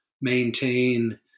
maintain